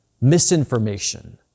misinformation